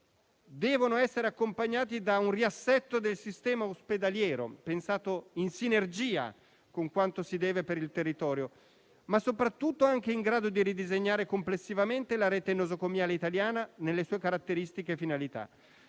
devono essere accompagnati da un riassetto del sistema ospedaliero, pensato in sinergia con quanto si deve per il territorio, e soprattutto in grado di ridisegnare complessivamente la rete nosocomiale italiana nelle sue caratteristiche e finalità